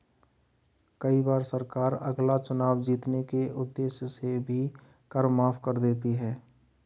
कई बार सरकार अगला चुनाव जीतने के उद्देश्य से भी कर माफ कर देती है